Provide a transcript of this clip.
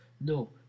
No